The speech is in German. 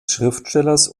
schriftstellers